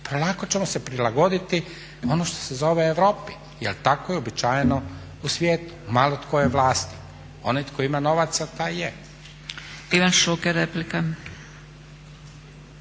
polako ćemo se prilagoditi ono što se zove Europi jer tako je uobičajeno u svijetu. Malo tko je vlasnik, onaj tko ima novaca taj je.